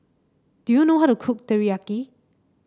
do you know how to cook Teriyaki